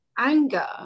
anger